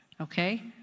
okay